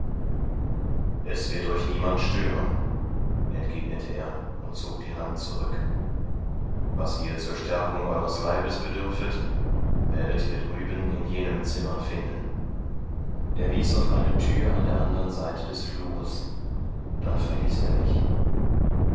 es wird euch niemand stören entgegnete er und zog die hand zurück was ihr zur stärkung eueres leibes bedürfet werdet ihr drüben in jenem zimmer finden er wies auf eine thür an der anderen seite des flures dann verließ er mich